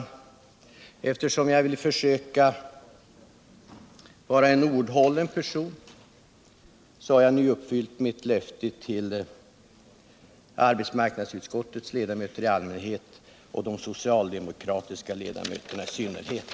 Eftersom jag försöker vara en pålitlig person har jag nu uppfyllt mitt löfte till arbetsmarknadsutskottets ledamöter i allmänhet och till de socialdemokratiska ledamöterna I synnerhet.